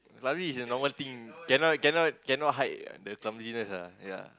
clumsy is a normal thing cannot cannot cannot hide the clumsiness ah yea